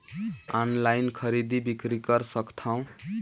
Online खरीदी बिक्री कर सकथव?